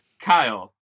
Kyle